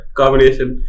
combination